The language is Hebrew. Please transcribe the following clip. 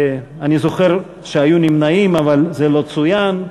אני זוכר שהיו נמנעים, אבל זה לא צוין.